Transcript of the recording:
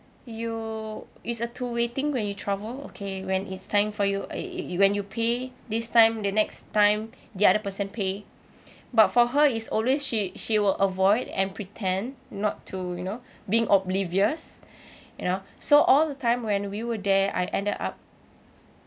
you it's a two way thing when you travel okay when it's time for you i~ when you pay this time the next time the other person pay but for her it's always she she will avoid and pretend not to you know being oblivious you know so all the time when we were there I ended up